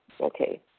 Okay